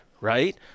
right